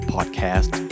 Podcast